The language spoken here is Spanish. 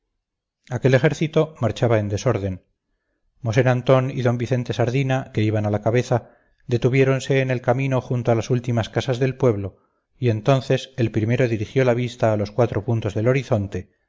pueblo aquel ejército marchaba en desorden mosén antón y d vicente sardina que iban a la cabeza detuviéronse en el camino junto a las últimas casas del pueblo y entonces el primero dirigió la vista a los cuatro puntos del horizonte